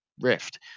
Rift